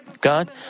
God